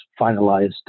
finalized